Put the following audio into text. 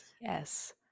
Yes